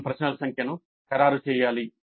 మొత్తం ప్రశ్నల సంఖ్యను ఖరారు చేయాలి